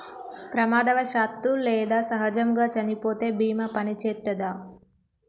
ప్రమాదవశాత్తు లేదా సహజముగా చనిపోతే బీమా పనిచేత్తదా?